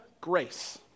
grace